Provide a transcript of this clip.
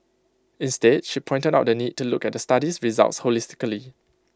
instead she pointed out the need to look at the study's results holistically